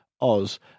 Oz